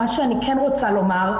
מה שאני כן רוצה לומר,